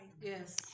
yes